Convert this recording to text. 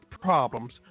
problems